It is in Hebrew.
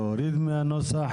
להוריד מהנוסח,